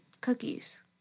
cookies